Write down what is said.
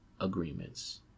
agreements